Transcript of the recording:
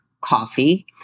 coffee